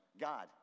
God